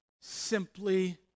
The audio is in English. simply